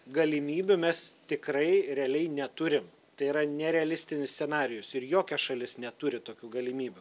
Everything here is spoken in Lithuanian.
galimybių mes tikrai realiai neturim tai yra nerealistinis scenarijus ir jokia šalis neturi tokių galimybių